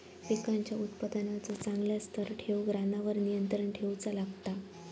पिकांच्या उत्पादनाचो चांगल्या स्तर ठेऊक रानावर नियंत्रण ठेऊचा लागता